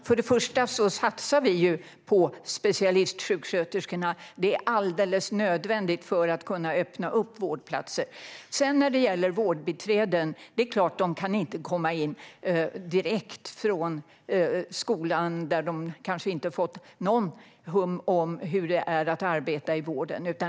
Fru talman! Vi satsar på specialistsjuksköterskorna. Det är alldeles nödvändigt för att kunna öppna upp vårdplatser. När det gäller vårdbiträdena är det klart att de inte kan komma in direkt från skolan, där de kanske inte fått något hum om hur det är att arbeta i vården.